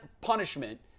punishment